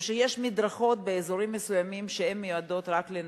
או שיש מדרכות באזורים מסוימים שמיועדות רק לנשים.